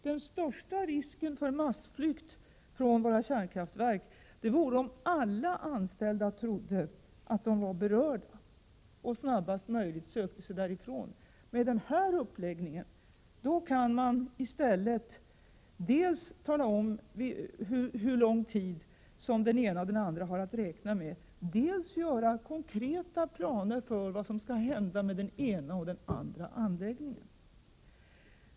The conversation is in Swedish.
Den största risken för massflykt från våra kärnkraftverk skulle uppstå om alla anställda trodde att de var berörda och därför snarast möjligt sökte sig därifrån. Med den här uppläggningen kan man i stället dels tala om hur lång tid som den ene eller den andre har att räkna med, dels göra konkreta planer för vad som skall hända med den ena eller den andra anläggningen.